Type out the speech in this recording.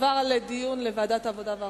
לדיון מוקדם בוועדת העבודה,